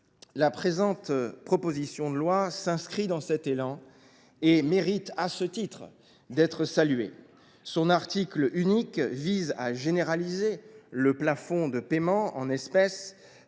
La présente proposition de loi s’inscrit dans cet élan et mérite à ce titre d’être saluée. Son article unique vise à généraliser le plafond de paiement en espèces